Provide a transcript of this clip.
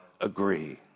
agree